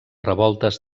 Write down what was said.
revoltes